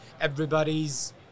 everybody's